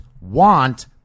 want